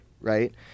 right